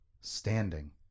standing